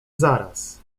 zaraz